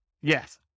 Yes